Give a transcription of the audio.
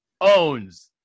owns –